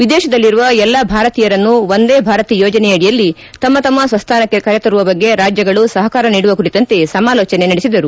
ವಿದೇಶದಲ್ಲಿರುವ ಎಲ್ಲಾ ಭಾರತೀಯರನ್ನು ವಂದೇ ಭಾರತ್ ಯೋಜನೆಯಡಿಯಲ್ಲಿ ತಮ್ಮ ತಮ್ಮ ಸ್ವಸ್ಥಾನಕ್ಕಕೆ ಕರೆತರುವ ಬಗ್ಗೆ ರಾಜ್ಯಗಳು ಸಹಕಾರ ನೀಡುವ ಕುರಿತಂತೆ ಸಮಾಲೋಚನೆ ನಡುವರು